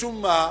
משום מה?